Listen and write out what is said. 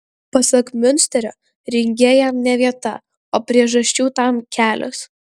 pasak miunsterio ringe jam ne vieta o priežasčių tam kelios